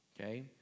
okay